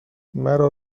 مرا